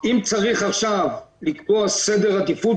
עשו בסך הכל עבודה